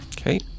Okay